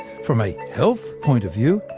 from a health point-of-view,